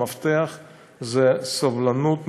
המפתח זה סבלנות,